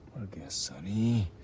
sunny